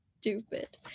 stupid